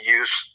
use